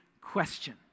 question